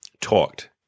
Talked